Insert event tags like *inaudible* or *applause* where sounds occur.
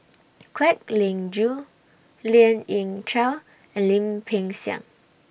*noise* Kwek Leng Joo Lien Ying Chow and Lim Peng Siang